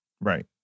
Right